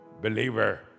believer